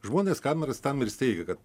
žmonės kameras tam ir steigia kad